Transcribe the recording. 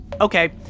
Okay